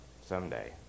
someday